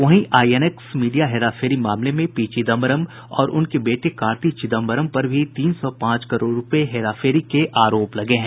वहीं INX media हेराफेरी मामले में पी चिदंबरम और उनके बेटे कार्ति चिदंबरम पर भी तीन सौ पांच करोड़ रूपये हेराफेरी के आरोप लगे हैं